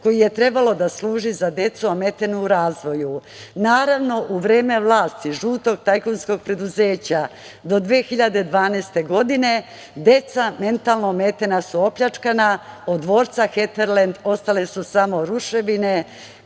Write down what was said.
koji je trebao da služi za decu ometenu u razvoju. Naravno, u vreme vlasti žutog tajkunskog preduzeća do 2012. godine deca mentalno ometena su opljačkana. Od dvorca Heterlend ostale su samo ruševine,